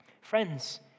Friends